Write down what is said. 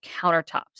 countertops